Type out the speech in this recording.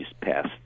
passed